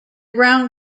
ground